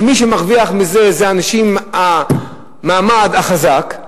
ומי שמרוויח מזה זה אנשים מהמעמד החזק,